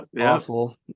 awful